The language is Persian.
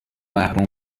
محروم